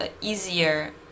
easier